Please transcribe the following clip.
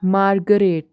Margaret